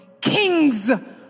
Kings